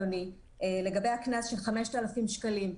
לגבי הקנס של 5,000 שקלים,